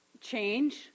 change